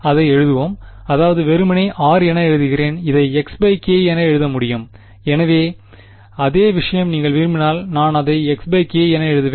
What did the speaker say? அதை எழுதுவோம் அதாவது வெறுமனே r என எழுதுகிறேன் இதை xk என எழுத முடியும் எனவே அதே விஷயம் நீங்கள் விரும்பினால் நான் அதை xk என எழுதுவேன்